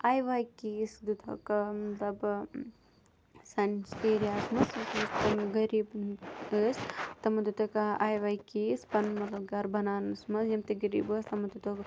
I واے case دیُت ہَکھ مطلب سٲنِس ایریاہَس منٛز غریٖب ٲسۍ تمَن دِتُکھ آی واے کیس پنُن مطلب گَرٕ بَناونَس منٛز یِم تہِ غریٖب ٲسۍ تمَن دِتُکھ